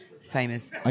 famous